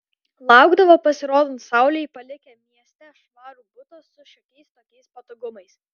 laukdavo pasirodant saulei palikę mieste švarų butą su šiokiais tokiais patogumais